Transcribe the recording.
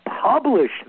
publish